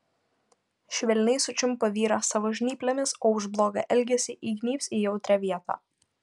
švelniai sučiumpa vyrą savo žnyplėmis o už blogą elgesį įgnybs į jautrią vietą